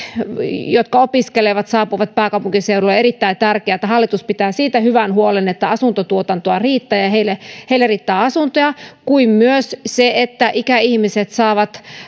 jotka opiskelevat saapuvat pääkaupunkiseudulle on erittäin tärkeää että hallitus pitää siitä hyvän huolen että asuntotuotantoa riittää ja heille heille riittää asuntoja kuin myös se että ikäihmiset saavat